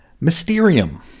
Mysterium